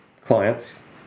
clients